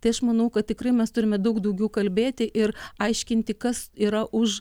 tai aš manau kad tikrai mes turime daug daugiau kalbėti ir aiškinti kas yra už